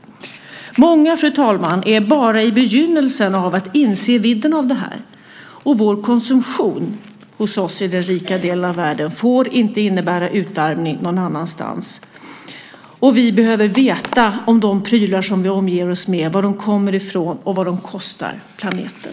Många, fru talman, är bara i begynnelsen av att inse vidden av det här, och konsumtionen hos oss i den rika delen av världen får inte innebära utarmning någon annanstans. Vi behöver veta var de prylar som vi omger oss med kommer ifrån och vad de kostar planeten.